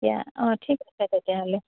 এতিয়া অঁ ঠিক আছে তেতিয়াহ'লে